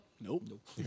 Nope